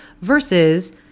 versus